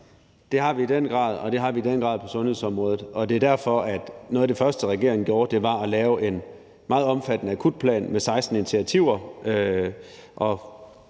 Det har vi i den grad, og det har vi i den grad på sundhedsområdet. Og det er derfor, at noget af det første, regeringen gjorde, var at lave en meget omfattende akutplan med 16 initiativer.